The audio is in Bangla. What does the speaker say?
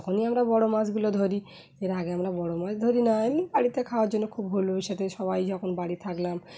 তখনই আমরা বড়ো মাছগুলো ধরি এর আগে আমরা বড়ো মাছ ধরি না এ বাড়িতে খাওয়ার জন্য খুব হালো ওর সাথে সবাই যখন বাড়ি থাকলাম